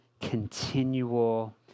continual